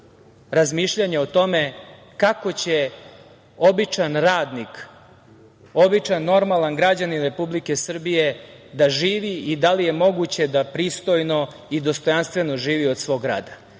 razmišljanja o tome kako će običan radnik, običan normalan građanin Republike Srbije da živi i da li je moguće da pristojno i dostojanstveno živi od svog rada.